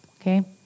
okay